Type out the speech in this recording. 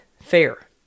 Fair